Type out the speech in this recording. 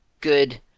good